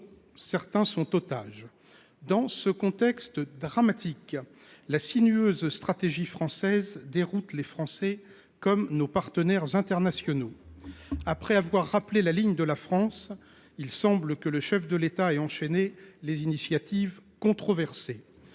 détenus en otage. Dans ce contexte dramatique, la sinueuse stratégie française déroute les Français, comme nos partenaires internationaux. Après avoir rappelé la ligne de la France, le chef de l’État a enchaîné les initiatives controversées.